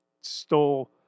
stole